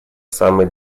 самый